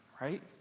right